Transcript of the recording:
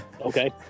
Okay